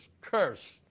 curse